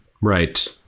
Right